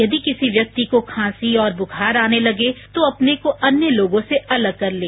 यदि किसी व्यक्ति को खांसी और बुखार आने लगे तो अपने को अन्य लोगों से अलग कर लें